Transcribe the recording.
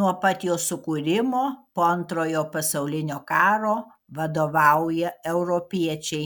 nuo pat jo sukūrimo po antrojo pasaulinio karo vadovauja europiečiai